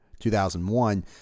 2001